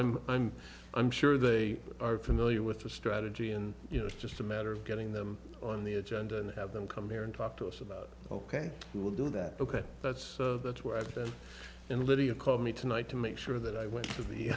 i'm i'm i'm sure they are familiar with the strategy and you know it's just a matter of getting them on the agenda and have them come here and talk to us about ok we'll do that ok that's that's where i've been and lydia called me tonight to make sure that i went to the